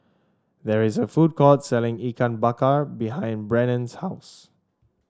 there is a food court selling Ikan Bakar behind Brannon's house